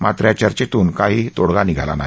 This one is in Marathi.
मात्र या चर्चेतून काहीही तोडगा निघाला नाही